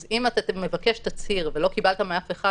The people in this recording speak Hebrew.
אז אם אתה מבקש תצהיר ולא קיבלת מאף אחד,